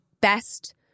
best